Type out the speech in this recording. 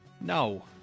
No